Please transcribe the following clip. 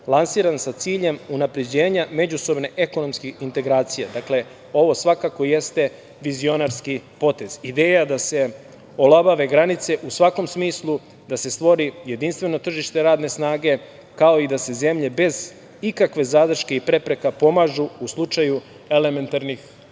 lansiran sa ciljem unapređenja međusobne ekonomske integracije. Dakle, ovo svakako jeste vizionarski potez, ideja da se olabave granice u svakom smislu, da se stvori jedinstveno tržište radne snage, kao i da se zemlje bez ikakve zadrške i prepreka pomažu u slučaju elementarnih